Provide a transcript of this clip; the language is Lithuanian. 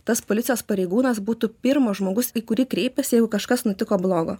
tas policijos pareigūnas būtų pirmas žmogus į kurį kreipiasi jeigu kažkas nutiko blogo